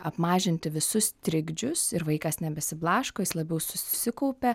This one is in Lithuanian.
apmažinti visus trikdžius ir vaikas nebesiblaško jis labiau susikaupia